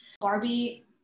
Barbie